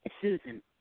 Susan